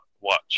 watch